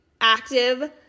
active